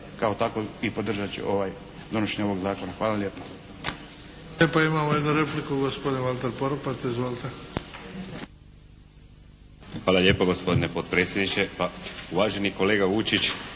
kao takvog. I podržat ću donošenje ovog zakona. Hvala lijepa.